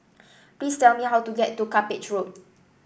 please tell me how to get to Cuppage Road